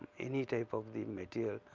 any type of the material,